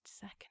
second